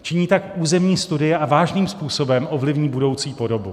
Činí tak územní studie a vážným způsobem ovlivní budoucí podobu.